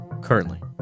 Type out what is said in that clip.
currently